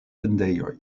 vendejoj